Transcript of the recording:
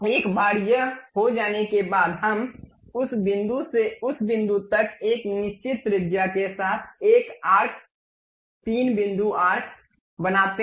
एक बार यह हो जाने के बाद हम उस बिंदु से उस बिंदु तक एक निश्चित त्रिज्या के साथ एक आर्क 3 बिंदु आर्क बनाते हैं